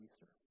Easter